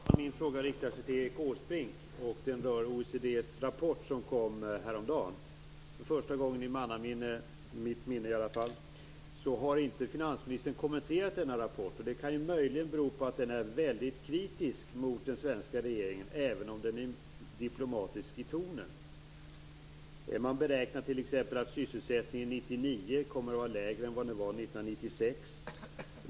Fru talman! Min fråga riktar sig till Erik Åsbrink. Den rör OECD:s rapport som kom häromdagen. För första gången i mannaminne - i alla fall i mitt minne - har inte finansministern kommenterat rapporten. Det kan möjligen bero på att den är väldigt kritisk mot den svenska regeringen, även om den är diplomatisk i tonen. Man beräknar t.ex. att sysselsättningen 1999 kommer att vara lägre än vad den var 1996.